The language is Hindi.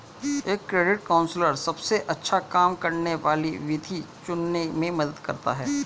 एक क्रेडिट काउंसलर सबसे अच्छा काम करने वाली विधि चुनने में मदद करता है